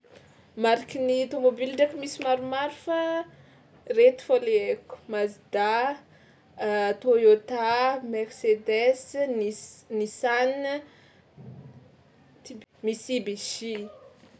Mariky ny tômôbily ndraiky misy maromaro fa reto fao le haiko: mazda, toyota, mercedes, nis- nissan, tib- mitsubishi.